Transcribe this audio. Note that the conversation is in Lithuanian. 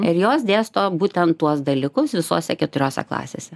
ir jos dėsto būtent tuos dalykus visose keturiose klasėse